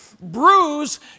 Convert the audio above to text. bruise